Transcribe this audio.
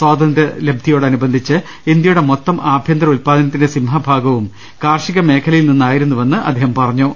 സ്വാതന്ത്ര്യ ലബ്ധി യോടനുബന്ധിച്ച് ഇന്ത്യയുടെ മൊത്തം ആഭ്യന്തര ഉത്പാദനത്തിന്റെ സിംഹഭാഗവും കാർഷിക മേഖലയിൽ നിന്നായിരുന്നുവെന്നും അദ്ദേഹം പറഞ്ഞു